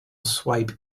swipe